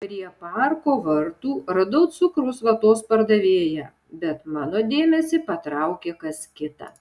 prie parko vartų radau cukraus vatos pardavėją bet mano dėmesį patraukė kas kita